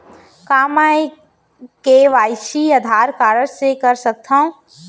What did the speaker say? का मैं KYC Aadhaar card से कर सकत हो?